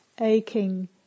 aching